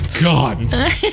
God